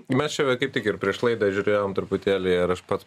mes čia va kaip tik ir prieš laidą žiūrėjom truputėlį ir aš pats